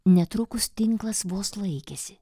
netrukus tinklas vos laikėsi